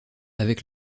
avec